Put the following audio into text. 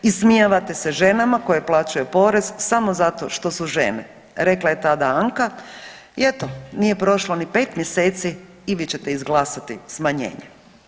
Ismijavate se ženama koje plaćaju porez samo zato što su žene rekla je tada Anka i eto nije prošlo ni 5 mjeseci i vi ćete izglasati smanjenje.